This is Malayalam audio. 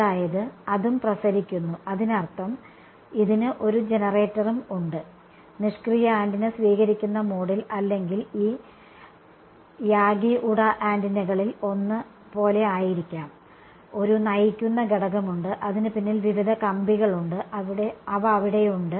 അതായത് അതും പ്രസരിക്കുന്നു അതിനർത്ഥം ഇതിന് ഒരു ജനറേറ്ററും ഉണ്ട് നിഷ്ക്രിയ ആന്റിന സ്വീകരിക്കുന്ന മോഡിൽ അല്ലെങ്കിൽ ഈ യാഗി ഉഡ ആന്റിനകളിൽ ഒന്ന് പോലെ ആയിരിക്കാം ഒരു നയിക്കുന്ന ഘടകമുണ്ട് അതിന് പിന്നിൽ വിവിധ കമ്പികളുണ്ട് അവ അവിടെയുണ്ട്